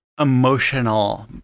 emotional